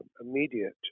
immediate